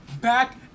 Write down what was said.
Back